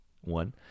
one